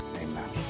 Amen